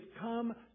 come